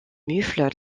mufle